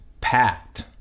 packed